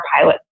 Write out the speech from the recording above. pilot